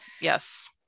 Yes